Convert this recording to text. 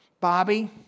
Bobby